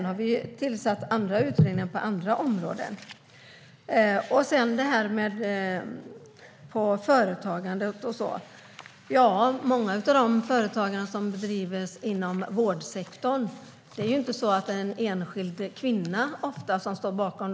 Vi har tillsatt andra utredningar på andra områden. Många av de företag som drivs inom vårdsektorn, de stora börsnoterade företagen, är det inte en enskild kvinna som står bakom.